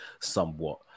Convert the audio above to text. somewhat